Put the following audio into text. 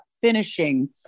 finishing